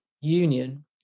Union